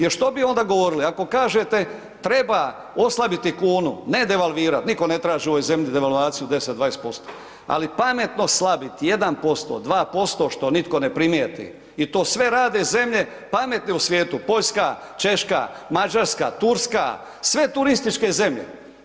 Jer što bi onda govorili, ako kažete treba oslabiti kunu, ne devalvirati, nitko ne traži u ovoj zemlji devalvaciju 10, 20%, ali pametno slabiti 1%, 2% što nitko ne primijeti i to sve rade zemlje pametne u svijetu Poljska, Češka, Mađarska, Turska, sve turističke zemlje.